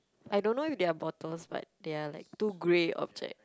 I don't know if they are bottles but they are like two grey objects